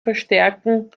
verstärken